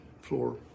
floor